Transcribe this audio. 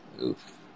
Oof